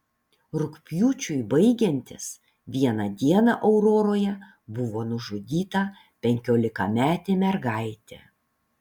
rugpjūčiui baigiantis vieną dieną auroroje buvo nužudyta penkiolikametė mergaitė